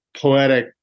poetic